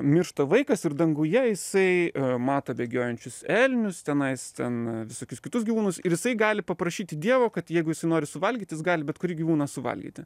miršta vaikas ir danguje jisai mato bėgiojančius elnius tenais ten visokius kitus gyvūnus ir jisai gali paprašyti dievo kad jeigu jisai nori suvalgyt jis gali bet kurį gyvūną suvalgyti